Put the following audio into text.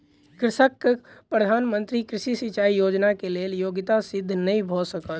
कृषकक प्रधान मंत्री कृषि सिचाई योजना के लेल योग्यता सिद्ध नै भ सकल